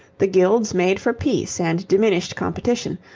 the guilds made for peace and diminished competition,